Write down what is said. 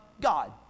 God